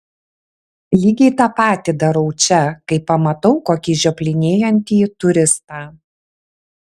lygiai tą patį darau čia kai pamatau kokį žioplinėjantį turistą